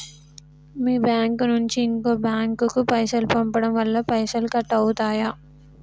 మీ bank నుంచి ఇంకో bank కు పైసలు పంపడం వల్ల పైసలు కట్ అవుతయా?